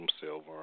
Silver